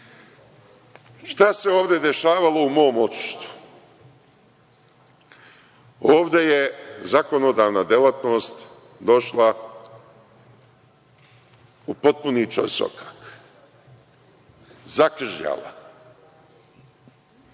se ovde dešavalo u mom odsustvu? Ovde je zakonodavna delatnost došla u potpuni ćorsokak, zakržljala.